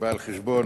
כבעל חשבון